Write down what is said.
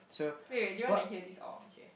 wait do you want to hear this okay